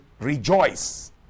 rejoice